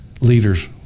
leaders